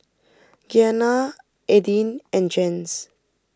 Gianna Aidyn and Jens